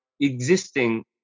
existing